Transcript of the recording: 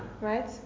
Right